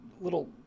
little